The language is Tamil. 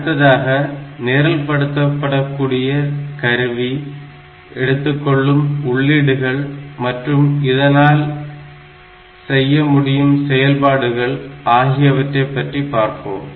அடுத்ததாக நிரல்படுத்தக்கூடிய கருவி எடுத்துக்கொள்ளும் உள்ளீடுகள் மற்றும் இதனால் செய்ய முடியும் செயல்பாடுகள் ஆகியவற்றைப் பற்றி பார்ப்போம்